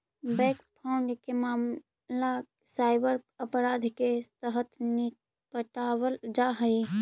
bank fraud के मामला cyber अपराध के तहत निपटावल जा हइ